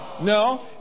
No